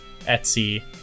Etsy